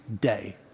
day